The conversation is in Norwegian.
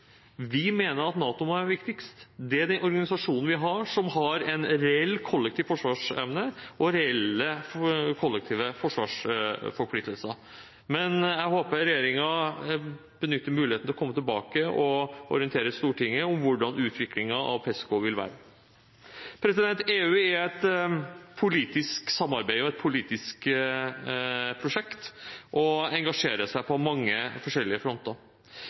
Vi mener at NATO må være viktigst. Det er den organisasjonen vi har som har en reell kollektiv forsvarsevne og reelle kollektive forsvarsforpliktelser. Jeg håper regjeringen benytter muligheten til å komme tilbake og orientere Stortinget om hvordan utviklingen av PESCO vil være. EU er et politisk samarbeid og et politisk prosjekt og engasjerer seg på mange forskjellige fronter.